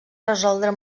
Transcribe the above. resoldre